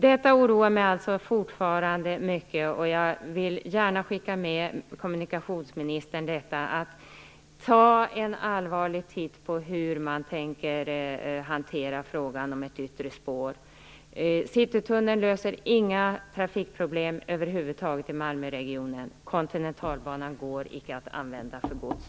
Detta oroar mig alltså fortfarande mycket, och jag vill gärna skicka med kommunikationsministern följande: Ta en allvarlig titt på hur frågan om ett yttre spår skall hanteras. Citytunneln löser inga trafikproblem över huvud taget i Malmöregionen. Kontinentalbanan går icke att använda för gods.